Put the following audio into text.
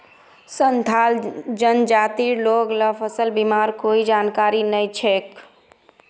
संथाल जनजातिर लोग ला फसल बीमार कोई जानकारी नइ छेक